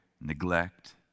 neglect